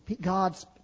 God's